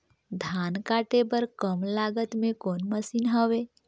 धान काटे बर कम लागत मे कौन मशीन हवय?